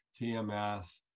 TMS